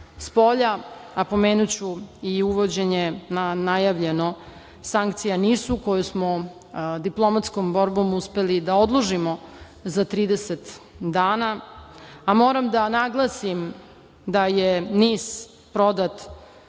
a pomenuću i uvođenje na najavljeno sankcija NIS-u koju smo diplomatskom borbom uspeli da odložimo za 30 dana, a moram da naglasim da je NIS prodat